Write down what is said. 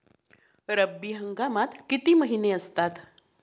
रब्बी हंगामात किती महिने असतात?